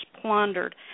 plundered